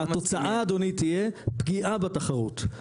והתוצאה אדוני תהיה פגיעה בתחרות,